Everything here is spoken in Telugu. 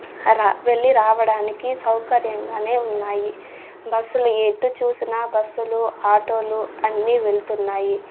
రా వెళ్ళి రావడానికి సౌకర్యంగానే ఉన్నాయి బస్సులు ఎటు చూసినా బస్సులు ఆటోలు అన్ని వెళ్తున్నాయి